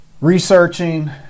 researching